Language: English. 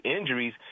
injuries